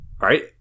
Right